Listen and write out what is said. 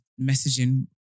messaging